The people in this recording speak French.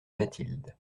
mathilde